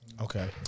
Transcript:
Okay